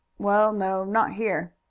well, no not here.